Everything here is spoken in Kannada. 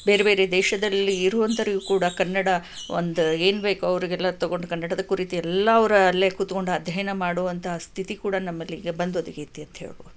ಬೇರೆ ಬೇರೆ ದೇಶದಲ್ಲಿ ಇರುವಂಥವ್ರಿಗೂ ಕೂಡ ಕನ್ನಡ ಒಂದು ಏನು ಬೇಕೋ ಅವರಿಗೆಲ್ಲ ತೊಗೊಂಡು ಕನ್ನಡದ ಕುರಿತು ಎಲ್ಲ ಅವ್ರು ಅಲ್ಲೇ ಕೂತ್ಕೊಂಡು ಅಧ್ಯಯನ ಮಾಡುವಂತಹ ಸ್ಥಿತಿ ಕೂಡ ನಮ್ಮಲ್ಲಿ ಈಗ ಬಂದೊದಗೈತಿ ಅಂತ ಹೇಳ್ಬೌದು